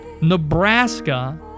nebraska